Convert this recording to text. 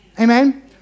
Amen